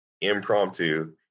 impromptu